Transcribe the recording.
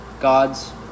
God's